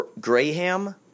Graham